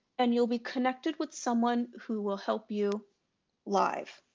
and you'll be connected with someone who will help you live.